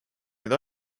neid